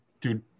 Dude